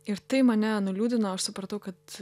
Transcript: ir tai mane nuliūdino aš supratau kad